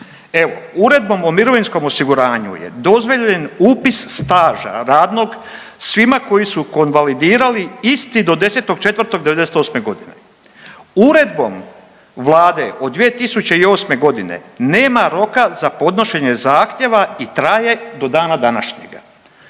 Uredbom o mirovinskom osiguranju je dozvoljen upis staža radnog svima koji su konvalidirali isti do 10.4.'98. g. Uredbom Vlade od 2008. g. nema roka za podnošenje zahtjeva i traje do dana današnjega.